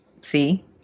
see